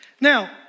Now